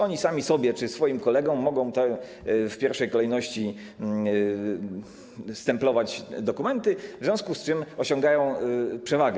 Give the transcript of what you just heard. Oni sami sobie, czy swoim kolegom, mogą w pierwszej kolejności stemplować dokumenty, w związku z czym osiągają przewagę.